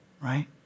right